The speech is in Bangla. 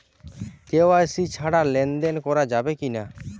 কে.ওয়াই.সি ছাড়া লেনদেন করা যাবে কিনা?